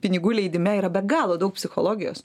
pinigų leidime yra be galo daug psichologijos